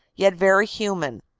yet very human,